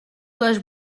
les